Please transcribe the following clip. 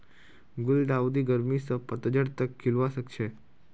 गुलदाउदी गर्मी स पतझड़ तक खिलवा सखछे